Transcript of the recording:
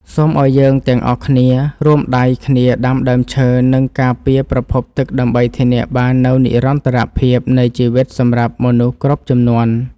សូមឱ្យយើងទាំងអស់គ្នារួមដៃគ្នាដាំដើមឈើ និង ការពារប្រភពទឹកដើម្បីធានាបាននូវនិរន្តរភាពនៃជីវិតសម្រាប់មនុស្សគ្រប់ជំនាន់។